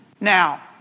Now